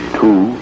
two